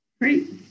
Great